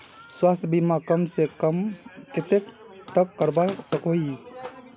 स्वास्थ्य बीमा कम से कम कतेक तक करवा सकोहो ही?